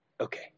Okay